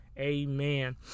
amen